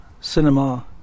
cinema